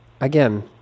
again